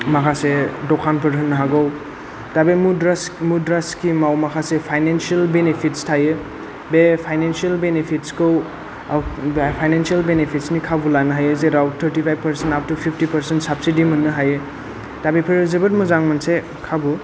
माखासे दखानफोर होनो हागौ दा बे मुद्रा स्किम मुद्रा स्किमाव माखासे फायनेन्सियेल बेनिफिट्स थायो बे फायनेन्सियेल बेनिफिट्सखौ फायनेन्सियेल बेनिफिट्सनि खाबु लानो हायो जेराव thirty five percent up to fifty percent subsidy मोननो हायो दा बेफोरो जोबोद मोजां मोनसे खाबु